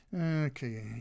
okay